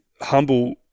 humble